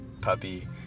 puppy